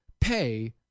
pay